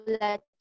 let